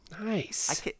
Nice